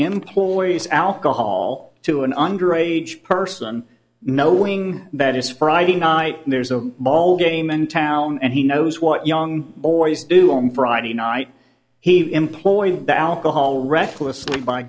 employees alcohol to an under age person knowing that it's friday night there's a ball game in town and he knows what young boys do on friday night he employed by alcohol recklessly by